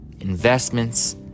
investments